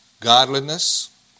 godliness